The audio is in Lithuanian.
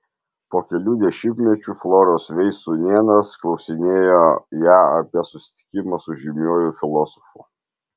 po kelių dešimtmečių floros veis sūnėnas klausinėjo ją apie susitikimą su žymiuoju filosofu